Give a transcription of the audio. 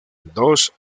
dos